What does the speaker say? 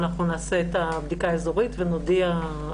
אנחנו נעשה את הבדיקה האזורית ונודיע.